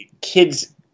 kids